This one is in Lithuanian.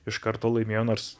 iš karto laimėjo nors